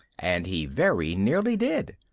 and he very nearly did.